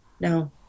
no